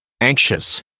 anxious